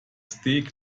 steak